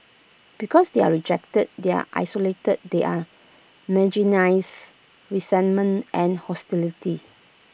because they are rejected they are isolated they are marginalise resentment and hostility